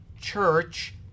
church